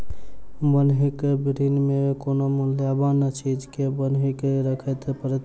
बन्हकी ऋण मे कोनो मूल्यबान चीज के बन्हकी राखय पड़ैत छै